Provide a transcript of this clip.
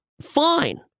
fine